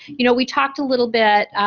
you know we talked a little bit.